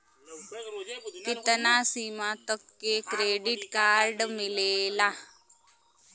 कितना सीमा तक के क्रेडिट कार्ड मिलेला?